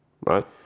Right